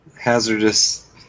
hazardous